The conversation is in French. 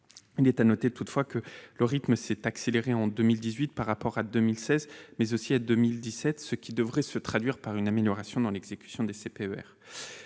Il est à noter toutefois que le rythme s'est accéléré en 2018 par rapport à 2016, mais aussi à 2017. Cela devrait se traduire par une amélioration dans l'exécution des CPER.